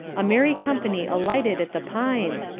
a merry company alighted at the pines,